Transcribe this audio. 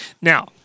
Now